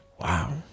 Wow